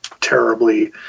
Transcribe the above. terribly